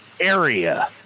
area